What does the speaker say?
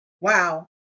Wow